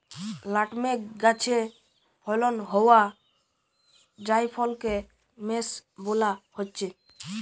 nutmeg গাছে ফলন হোয়া জায়ফলকে মেস বোলা হচ্ছে